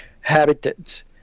habitats